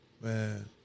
Man